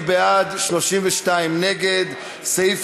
40 בעד, 32 נגד, שני נמנעים.